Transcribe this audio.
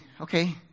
okay